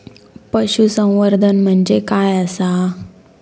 पशुसंवर्धन म्हणजे काय आसा?